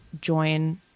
join